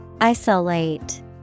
Isolate